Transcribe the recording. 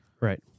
right